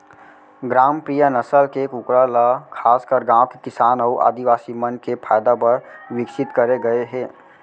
ग्रामप्रिया नसल के कूकरा ल खासकर गांव के किसान अउ आदिवासी मन के फायदा बर विकसित करे गए हे